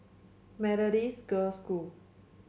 Methodist Girls' School